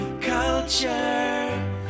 culture